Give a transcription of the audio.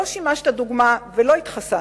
לא שימשת דוגמה ולא התחסנת.